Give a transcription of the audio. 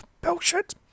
Bullshit